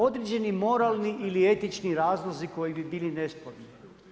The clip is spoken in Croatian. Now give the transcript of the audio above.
Određeni moralni ili etični razlozi, koji bi bili nesporni.